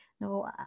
No